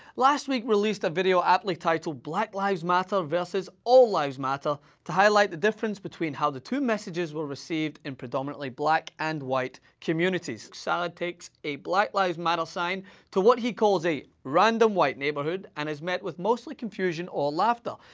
last week released a video aptly titled black lives matter vs all lives matter to highlight the difference between how the two messages were received in predominantly black and white communities. salads takes a black lives matter sign to, what he calls, a random white neighborhood and is met with mostly confusion or laughter.